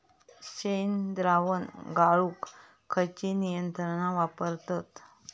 शेणद्रावण गाळूक खयची यंत्रणा वापरतत?